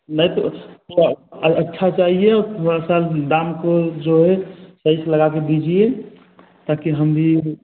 नहीं तो थोड़ा अच्छा चाहिए और थोड़ा सा दाम को जो है सही से लगा के दीजिए ताकि हम भी